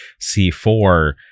C4